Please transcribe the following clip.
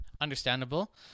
Understandable